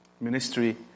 ministry